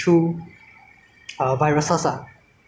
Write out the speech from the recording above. uh this is not the first ah and definitely not the last